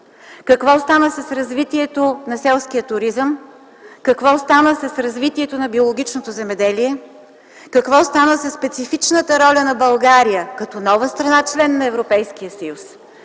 Какво стана с развитието на селския туризъм? Какво стана с развитието на биологичното земеделие? Какво стана със специфичната роля на България като нова страна – член на Европейския съюз?